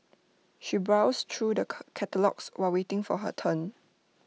she browsed through the catalogues while waiting for her turn